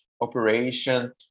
operation